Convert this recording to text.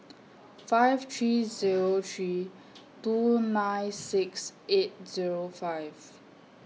five three Zero three two nine six eight Zero five